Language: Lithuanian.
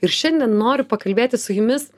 ir šiandien noriu pakalbėti su jumis